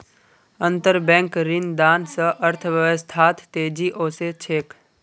अंतरबैंक ऋणदान स अर्थव्यवस्थात तेजी ओसे छेक